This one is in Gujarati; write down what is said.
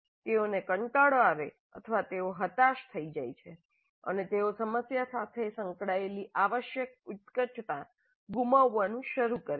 તેઓને કંટાળો આવે છે અથવા તેઓ હતાશ થઈ જાય છે અને તેઓ સમસ્યા સાથે સંકળાયેલી આવશ્યક ઉત્કટતા ગુમાવવાનું શરૂ કરે છે